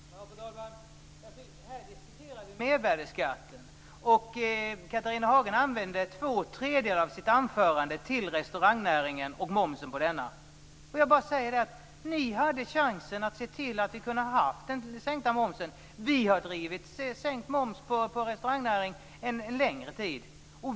Fru talman! Här diskuterar vi mervärdesskatten, och Catharina Hagen använde två tredjedelar av sitt anförande till att tala om restaurangnäringen och momsen på denna. Jag säger bara att ni hade chansen att se till att vi fick sänkt moms. Vi har drivit kravet på sänkt moms på restaurangnäringen en längre tid.